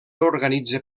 organitza